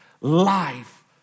life